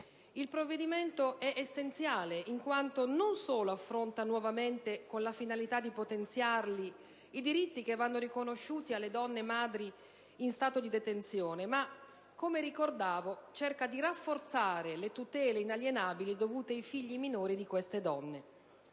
Il provvedimento è essenziale in quanto non solo affronta nuovamente, con la finalità di potenziarli, i diritti che vanno riconosciuti alle donne madri in stato di detenzione, ma - come ricordavo - cerca di rafforzare le tutele inalienabili dovute ai figli minori di queste donne.